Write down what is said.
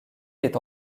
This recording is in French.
est